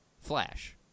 Flash